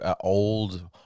old